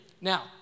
Now